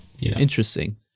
Interesting